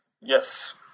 Yes